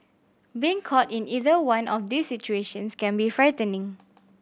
being caught in either one of these situations can be frightening